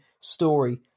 story